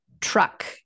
truck